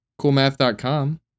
Coolmath.com